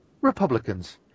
Republicans